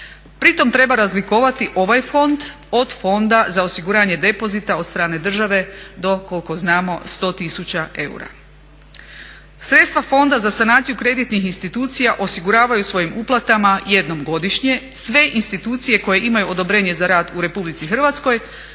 Pritom treba razlikovati ovaj fond od Fonda za osiguranje depozita od strane države do koliko znamo 100 tisuća eura. Sredstva Fonda za sanaciju kreditnih institucija osiguravaju svojim uplatama jednom godišnje sve institucije koje imaju odobrenje za rad u RH i to